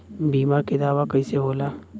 बीमा के दावा कईसे होला?